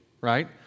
right